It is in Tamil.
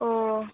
ஓ